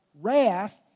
wrath